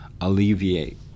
alleviate